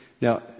now